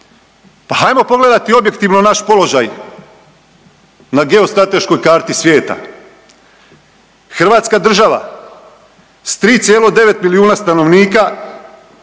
hajmo pogledati objektivno naš položaj na geostrateškoj karti svijeta. Hrvatska država s 3,9 milijuna stanovnika